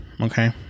okay